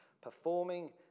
performing